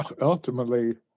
ultimately